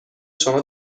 شما